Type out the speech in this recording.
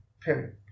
Period